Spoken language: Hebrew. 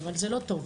אבל זה לא טוב,